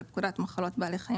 מחלות בעלי-חיים